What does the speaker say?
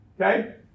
Okay